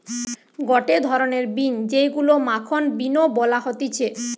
গটে ধরণের বিন যেইগুলো মাখন বিন ও বলা হতিছে